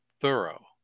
thorough